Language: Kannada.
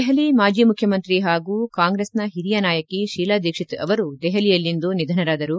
ದೆಹಲಿ ಮಾಜಿ ಮುಖ್ಯಮಂತ್ರಿ ಹಾಗೂ ಕಾಂಗ್ರೆಸ್ ಓರಿಯ ನಾಯಕಿ ಶೀಲಾ ದೀಕ್ಷಿತ್ ಅವರು ದೆಹಲಿಯಲ್ಲಿಂದು ನಿಧನರಾದರು